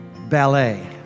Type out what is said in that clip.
ballet